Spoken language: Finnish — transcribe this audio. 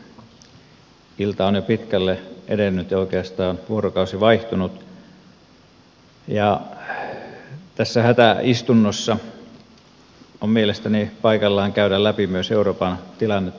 ilta on jo pitkälle edennyt ja oikeastaan vuorokausi vaihtunut ja tässä hätäistunnossa on mielestäni paikallaan käydä läpi myös euroopan tilannetta laajemmin